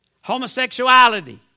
homosexuality